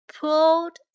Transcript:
Pulled